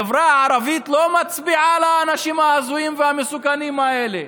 החברה הערבית לא מצביעה לאנשים ההזויים והמסוכנים האלה.